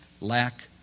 lack